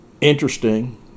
interesting